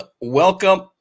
welcome